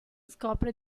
scopre